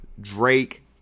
Drake